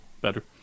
better